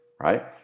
Right